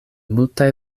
multaj